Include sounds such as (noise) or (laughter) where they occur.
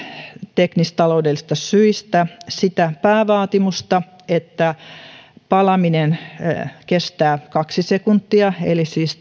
teknistaloudellisista syistä sitä päävaatimusta että palaminen kestää kaksi sekuntia eli siis (unintelligible)